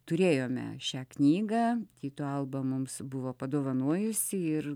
turėjome šią knygą tyto alba mums buvo padovanojusi ir